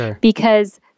because-